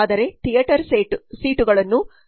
ಆದರೆ theatre seat ಗಳನ್ನು ರೂ